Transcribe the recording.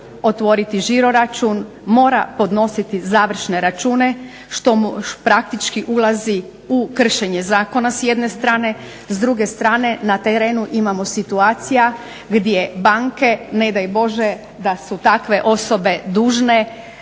otvoriti žiro račun, mora podnositi završne račune što mu praktički ulazi u kršenje zakona s jedne strane. S druge strane na terenu imamo situacija gdje banke ne daj bože da su takve osobe dužne